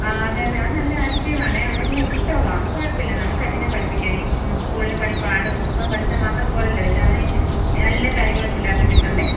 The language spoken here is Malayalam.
ആ അതെ അതെ അവൻ നല്ല ആക്ടിവാണേ അവനെല്ലാം ഇഷ്ടമാണ് അവൻ കുഴപ്പമില്ല നമുക്ക് അങ്ങനെ പഠിപ്പിക്കാം ഈ സ്കൂളിൽ പഠി പാഠപുസ്തകം പഠിച്ചാൽ മാത്രം പോരല്ലോ എല്ലാം അവന് എല്ലാ കാര്യങ്ങളും പിള്ളേർക്ക് കിട്ടണ്ടേ